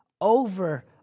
over